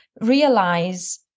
realize